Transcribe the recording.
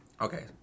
Okay